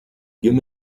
give